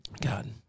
God